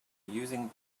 using